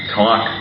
talk